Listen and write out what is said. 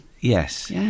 yes